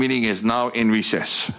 meeting is now in recess